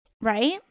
Right